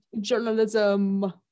journalism